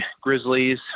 grizzlies